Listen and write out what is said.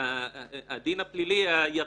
הדין הפלילי הירדני,